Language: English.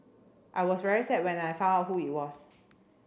I was very sad when I found out who it was